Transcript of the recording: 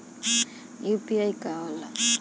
ई यू.पी.आई का होला?